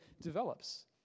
develops